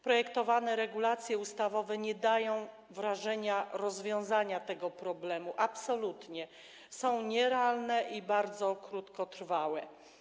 Projektowane regulacje ustawowe nie dają wrażenia rozwiązania tego problemu, absolutnie, są nierealne i bardzo krótkotrwałe.